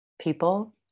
people